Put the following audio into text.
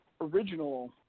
original